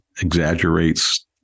exaggerates